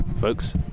folks